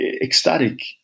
ecstatic